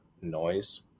noise